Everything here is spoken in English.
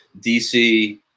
DC